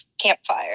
campfire